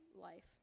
life